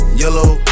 yellow